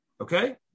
Okay